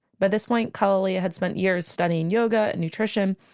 by this point kalalea had spent years studying yoga and nutrition.